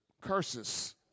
curses